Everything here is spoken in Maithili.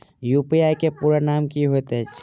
यु.पी.आई केँ पूरा नाम की होइत अछि?